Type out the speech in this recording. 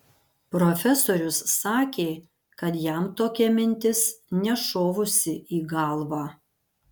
profesorius sakė kad jam tokia mintis nešovusi į galvą